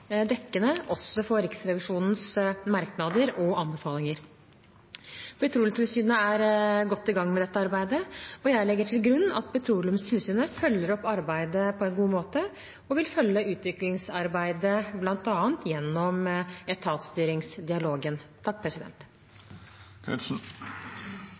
dekkende også for Riksrevisjonens merknader og anbefalinger. Petroleumstilsynet er godt i gang med dette arbeidet. Jeg legger til grunn at Petroleumstilsynet følger opp arbeidet på en god måte, og vil følge utviklingsarbeidet bl.a. gjennom